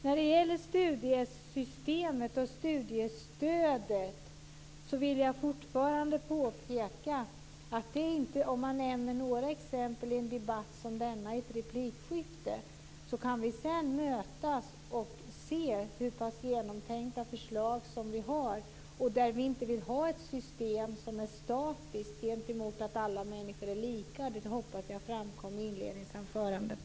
När det gäller studiemedelssystemet och studiestödet vill jag fortfarande påpeka att om man nämner några exempel i ett replikskifte i en debatt som denna så kan vi sedan mötas och se hur pass genomtänkta förslag vi har. Vi vill inte ha ett system som är statiskt gentemot att alla människor skulle vara lika. Det hoppas jag framkom i inledningsanförandet.